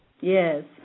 Yes